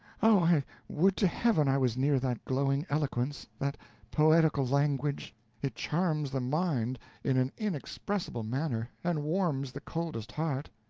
oh! i would to heaven i was near that glowing eloquence that poetical language it charms the mind in an inexpressible manner, and warms the coldest heart.